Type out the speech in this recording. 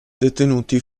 detenuti